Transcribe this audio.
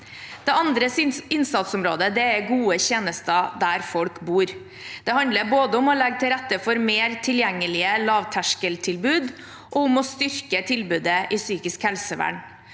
Det andre innsatsområdet er gode tjenester der folk bor. Det handler både om å legge til rette for mer tilgjengelige lavterskeltilbud og om å styrke tilbudet i psykisk helsevern.